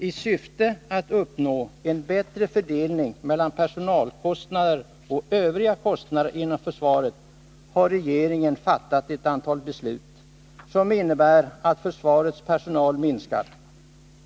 I syfte att uppnå en bättre fördelning mellan personalkostnader och övriga kostnader inom försvaret har regeringen fattat ett antal beslut, som innebär att försvarets personal minskar.